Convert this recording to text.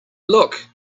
look